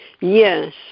Yes